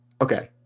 Okay